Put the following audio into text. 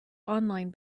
online